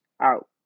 out